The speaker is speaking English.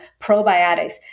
probiotics